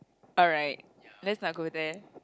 alright that's my goal there